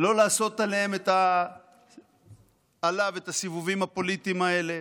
לא לעשות עליו את הסיבובים הפוליטיים האלה,